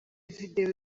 video